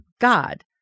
God